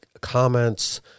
comments